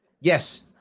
Yes